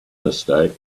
mistake